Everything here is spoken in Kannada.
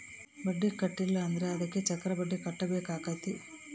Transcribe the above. ಬಡ್ಡಿ ಕಟ್ಟಿಲ ಅಂದ್ರೆ ಅದಕ್ಕೆ ಚಕ್ರಬಡ್ಡಿ ಕಟ್ಟಬೇಕಾತತೆ